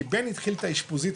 כי בן התחיל את האישפוזיות,